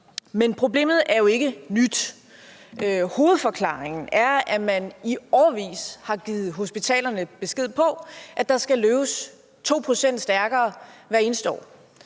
Men problemet er jo ikke nyt. Hovedforklaringen er, at man i årevis har givet hospitalerne besked på, at der skal løbes 2 pct. stærkere hvert eneste år.